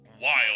wild